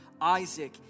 Isaac